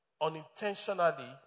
unintentionally